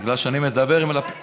מה עם המפלגות החרדיות?